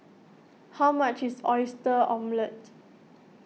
how much is Oyster Omelette